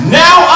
now